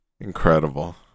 Incredible